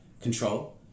control